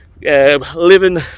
living